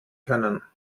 können